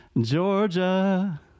Georgia